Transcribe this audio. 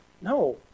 No